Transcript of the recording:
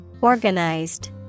Organized